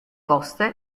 coste